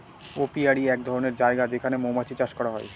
apiary এক ধরনের জায়গা যেখানে মৌমাছি চাষ করা হয়